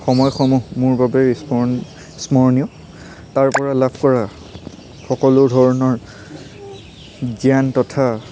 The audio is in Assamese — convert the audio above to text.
সময়সমূহ মোৰ বাবেই স্মৰণ স্মৰণীয় তাৰ পৰা লাভ কৰা সকলো ধৰণৰ জ্ঞান তথা